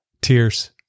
tears